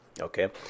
Okay